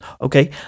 Okay